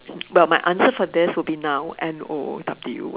but my answer for this would be now N O W